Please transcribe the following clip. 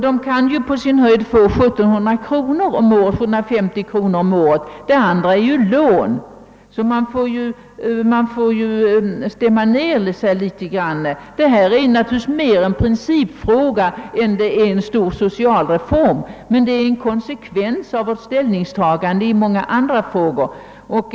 De kan ju på sin höjd få 1750 kronor om året. Det andra är ju lån. Det får man tänka på i detta sammanhang. Detta är mer en principfråga än frågan om en stor social reform. Men det är en konsekvens av vårt ställningstagande i många andra frågor.